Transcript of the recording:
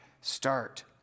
start